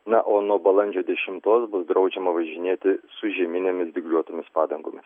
na o nuo balandžio dešimtos bus draudžiama važinėti su žieminėmis dygliuotomis padangomis